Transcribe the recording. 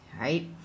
right